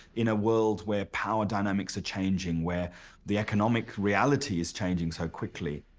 in a world where power dynamics are changing. where the economic reality is changing so quickly.